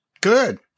Good